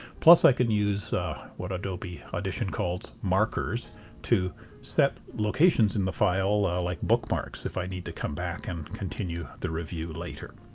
plus i can use what adobe audition calls markers to set locations in the file like bookmarks if i need to come back and continue the review later.